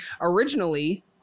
Originally